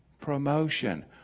promotion